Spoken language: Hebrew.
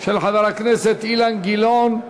של חבר הכנסת אילן גילאון,